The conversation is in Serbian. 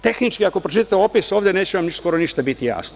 Tehnički ako pročitate opis ovde, neće vam skoro ništa biti jasno.